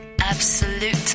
Absolute